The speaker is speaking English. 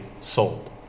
sold